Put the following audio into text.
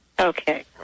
Okay